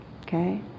Okay